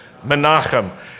Menachem